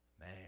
man